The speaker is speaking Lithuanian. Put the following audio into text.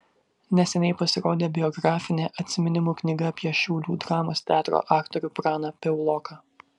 neseniai pasirodė biografinė atsiminimų knyga apie šiaulių dramos teatro aktorių praną piauloką